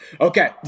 Okay